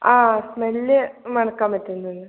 ആ സ്മെൽ മണക്കാൻ പറ്റുന്നില്ല